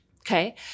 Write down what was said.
okay